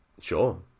Sure